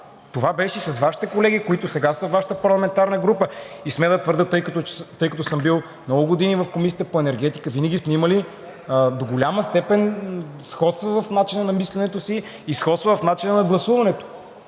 Това беше и с Вашите колеги, които сега са във Вашата парламентарна група. И смея да твърдя, тъй като съм бил много години в Комисията по енергетика, винаги сме имали до голяма степен сходство в начина на мисленето си и сходство в начина на гласуването.